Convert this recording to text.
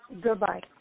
Goodbye